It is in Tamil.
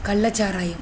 கள்ளச்சாராயம்